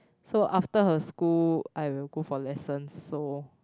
so after her school I will go for lessons so